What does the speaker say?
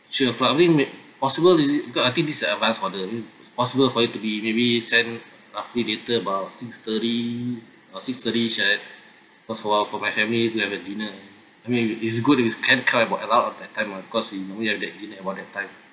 should I probably make possible is it because I think this is a advance order I mean possible for you to be maybe send roughly later about six thirty uh six thirty sharp cause for awhile for my family to have the dinner I mean it's good that it can come at around at that time ah cause we normally have dinner about that time